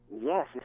Yes